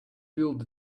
build